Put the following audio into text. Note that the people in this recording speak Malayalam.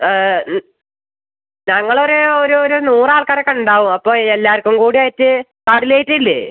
ഞങ്ങൾ ഒരു ഒരു ഒരു നൂറ് ആൾക്കാരൊക്കെ ഉണ്ടാവും അപ്പോൾ എല്ലാവർക്കും കൂടായിറ്റ് കട്ലേറ്റ് ഇല്ലേ